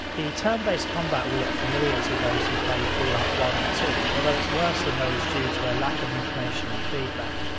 the turn-based combat will look familiar to those who played fallout one or two although it's worse than those due to a lack of information and feedback.